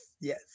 yes